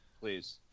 please